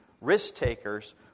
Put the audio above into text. risk-takers